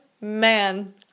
man